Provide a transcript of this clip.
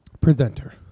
Presenter